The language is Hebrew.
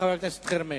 חבר הכנסת חרמש.